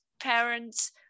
parents